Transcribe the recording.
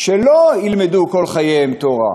שלא ילמדו כל חייהם תורה,